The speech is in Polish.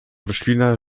roślina